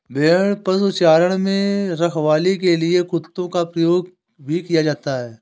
भेड़ पशुचारण में रखवाली के लिए कुत्तों का प्रयोग भी किया जाता है